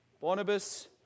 Barnabas